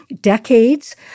decades